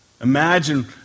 Imagine